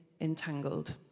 entangled